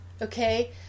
Okay